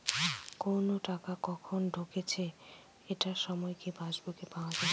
কোনো টাকা কখন ঢুকেছে এটার সময় কি পাসবুকে পাওয়া যাবে?